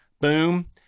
boom